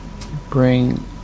bring